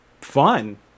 fun